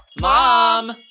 Mom